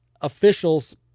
Officials